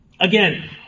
Again